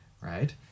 right